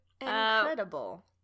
Incredible